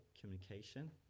communication